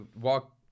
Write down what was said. walk